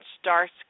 Starsky